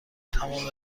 تمام